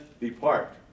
depart